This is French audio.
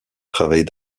travaille